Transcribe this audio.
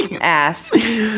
Ass